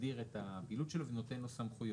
שמסדיר את הפעילות שלו ונותן לו סמכויות.